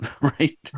right